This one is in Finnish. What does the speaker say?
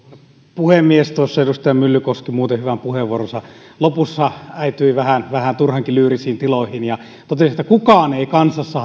puhemies tuossa edustaja myllykoski muuten hyvän puheenvuoronsa lopussa äityi vähän vähän turhankin lyyrisiin tiloihin ja totesi että kukaan kansasta